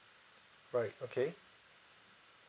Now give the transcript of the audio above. right okay